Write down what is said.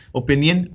opinion